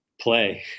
play